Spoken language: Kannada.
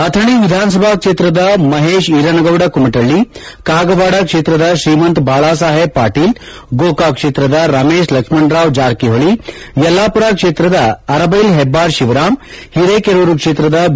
ಅಥಣಿ ವಿಧಾನಸಭಾ ಕ್ಷೇತ್ರದ ಮಹೇಶ್ ಈರನಗೌಡ ಕುಮಟಳ್ಳಿ ಕಾಗವಾಡ ಕ್ಷೇತ್ರದ ಶ್ರೀಮಂತ್ ಬಾಳಾಸಾಹೇಬ್ ಪಾಟೀಲ್ ಗೋಕಾಕ್ ಕ್ಷೇತ್ರದ ರಮೇಶ್ ಲಕ್ಷ್ಮಣ ರಾವ್ ಜಾರಕಿಹೊಳಿ ಯಲ್ಲಾಪುರ ಕ್ಷೇತ್ರದ ಅರಬೈಲ್ ಹೆಬ್ಬಾರ್ ಶಿವರಾಮ್ ಹಿರೇಕೆರೂರು ಕ್ಷೇತ್ರದ ಬಿ